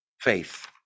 faith